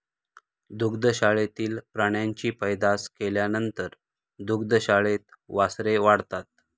दुग्धशाळेतील प्राण्यांची पैदास केल्यानंतर दुग्धशाळेत वासरे वाढतात